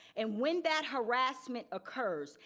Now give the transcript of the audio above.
and when that harassment occurs,